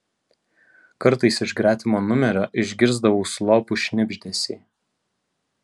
kartais iš gretimo numerio išgirsdavau slopų šnibždesį